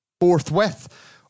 forthwith